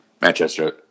Manchester